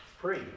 free